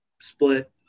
split